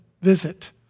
visit